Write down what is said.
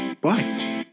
Bye